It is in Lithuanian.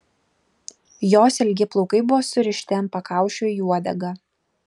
jos ilgi plaukai buvo surišti ant pakaušio į uodegą